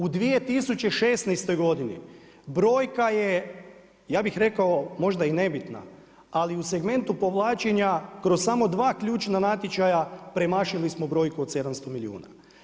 U 2016. godini brojka je ja bih rekao možda i nebitna ali u segmentu povlačenja kroz samo dva ključna natječaja premašili smo brojku od 700 milijuna.